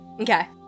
okay